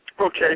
Okay